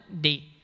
day